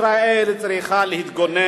אני חושב, ישראל צריכה להתגונן,